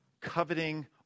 coveting